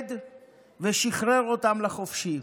איחד ושחרר אותם לחופשי,